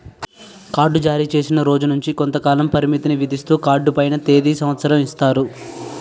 card జారీచేసిన రోజు నుంచి కొంతకాల పరిమితిని విధిస్తూ కార్డు పైన తేది సంవత్సరం ఇస్తారు